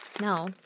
no